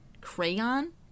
Crayon